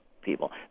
people